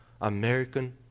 American